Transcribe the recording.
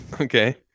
Okay